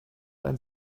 ein